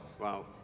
Wow